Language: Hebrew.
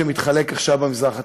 עכשיו במזרח התיכון,